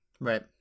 right